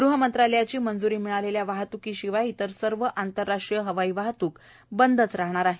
गृह मंत्रालयाची मंजूरी मिळालेल्या वहातुकीशिवाय इतर सर्व आंतरराष्ट्रीय हवाई वहातुक बंदच राहाणार आहे